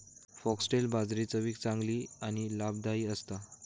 foxtail बाजरी चवीक चांगली आणि लाभदायी असता